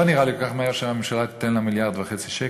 לא נראה לי שכל כך מהר הממשלה תיתן לה 1.5 מיליארד שקל.